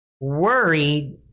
worried